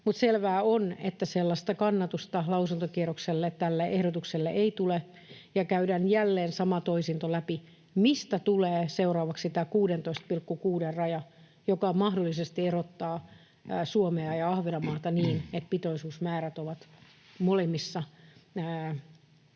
Mutta selvää on, että sellaista kannatusta lausuntokierroksella tälle ehdotukselle ei tule, ja käydään jälleen sama toisinto läpi, mistä tulee seuraavaksi tämä 16,6:n raja, joka mahdollisesti erottaa Suomea ja Ahvenanmaata niin, että pitoisuusmäärät ovat mantereella erilaiset